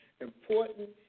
important